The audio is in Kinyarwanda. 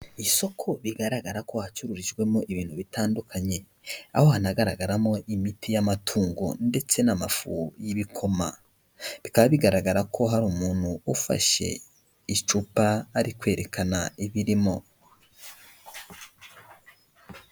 Isoko bigaragara ko hacururijwemo ibintu bitandukanye, aho hanagaragaramo imiti y'amatungo ndetse n'amafu y'ibikoma, bikaba bigaragara ko hari umuntu ufashe icupa ari kwerekana ibirimo.